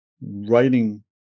writing